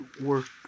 work